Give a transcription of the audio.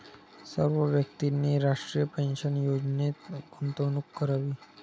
सर्व व्यक्तींनी राष्ट्रीय पेन्शन योजनेत गुंतवणूक करावी